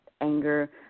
anger